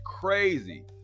crazy